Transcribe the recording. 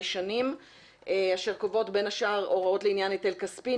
שנים אשר קובעות בין השאר הוראות לעניין היטל כספי,